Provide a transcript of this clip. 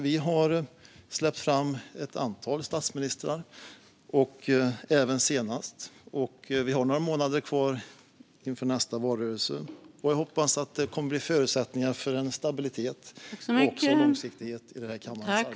Vi har släppt fram ett antal statsministrar, även senast. Vi har några månader kvar till nästa valrörelse, och jag hoppas att det kommer att bli förutsättningar för en stabilitet och långsiktighet i den här kammarens arbete.